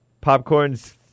Popcorn's